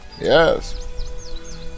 Yes